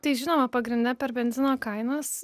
tai žinoma pagrinde per benzino kainas